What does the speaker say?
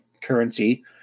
currency